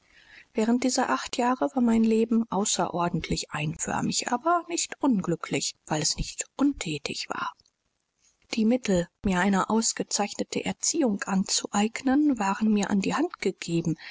während dieser acht jahre war mein leben außerordentlich einförmig aber nicht unglücklich weil es nicht unthätig war die mittel mir eine ausgezeichnete erziehung anzueignen waren mir an die hand gegeben